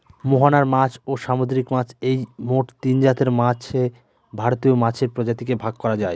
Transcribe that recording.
মোহনার মাছ, ও সামুদ্রিক মাছ এই মোট তিনজাতের মাছে ভারতীয় মাছের প্রজাতিকে ভাগ করা যায়